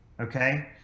Okay